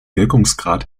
wirkungsgrad